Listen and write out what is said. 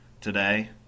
today